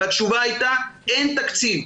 התשובה הייתה: אין תקציב.